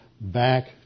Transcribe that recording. Back